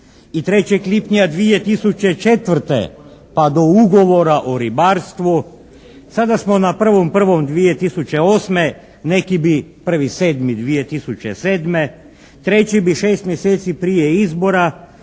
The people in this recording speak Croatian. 3. lipnja 2004. pa do ugovora o ribarstva sada smo na 1.1.2008. neki bi 1.7.2007., treći bi 6 mjeseci prije izbora,